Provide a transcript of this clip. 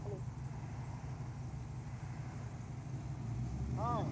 hello हाँ